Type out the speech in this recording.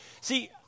See